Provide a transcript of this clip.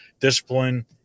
discipline